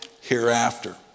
hereafter